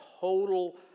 total